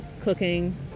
cooking